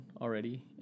already